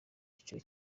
cyiciro